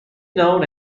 known